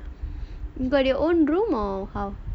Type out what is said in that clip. you got your own room or how